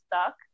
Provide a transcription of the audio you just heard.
stuck